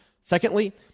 Secondly